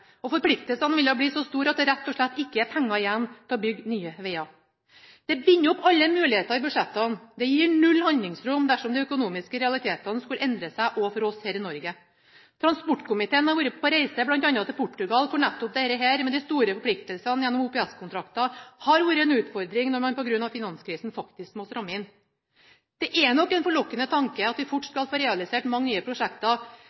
og forpliktelsene ville bli så store at det rett og slett ikke er penger igjen til å bygge nye veger. Dette binder opp alle muligheter i budsjettene og gir null handlingsrom dersom de økonomiske realitetene skulle endre seg også for oss her i Norge. Transportkomiteen har vært på reise bl.a. til Portugal, hvor nettopp dette med de store forpliktelsene gjennom OPS-kontrakter har vært en utfordring når man på grunn av finanskrisen faktisk må stramme inn. Det er nok en forlokkende tanke at vi fort skal få realisert mange nye prosjekter,